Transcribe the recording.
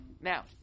Now